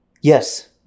Yes